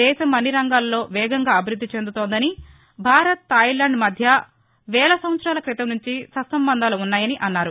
దేశం అన్ని రంగాల్లో వేగంగా అభివృద్ది చెందుతోందని భారత్ థాయిలాండ్ మధ్య వేల సంవత్సరాల క్రితం నుంచి సత్సంబంధాలున్నాయని అన్నారు